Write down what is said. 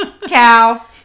Cow